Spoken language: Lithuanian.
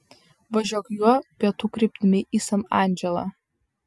važiuok juo pietų kryptimi į san andželą